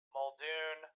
Muldoon